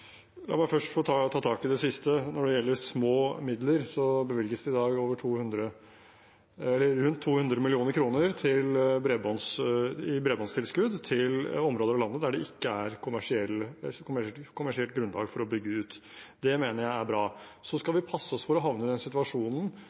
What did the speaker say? La meg først ta tak i det siste. Når det gjelder små midler: Det bevilges i dag rundt 200 mill. kr i bredbåndstilskudd til områder av landet der det ikke er kommersielt grunnlag for å bygge ut. Det mener jeg er bra. Så skal vi passe oss for å havne i den situasjonen